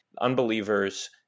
unbelievers